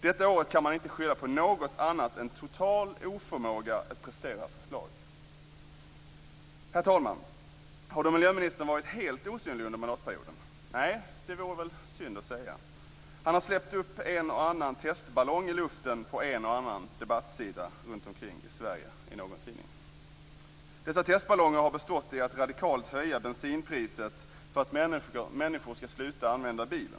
Detta år kan man inte skylla på något annat än en total oförmåga att prestera förslag! Herr talman! Har då miljöministern varit helt osynlig under mandatperioden? Nej, det vore väl synd att säga. Han har släppt upp en och annan testballong i luften på en och annan debattsida i någon tidning i Sverige. Dessa testballonger har bestått i att radikalt höja bensinpriset för att människor ska sluta att använda bilen.